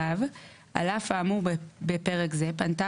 (ו) על אף האמור בפרק זה, פנתה